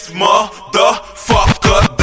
motherfucker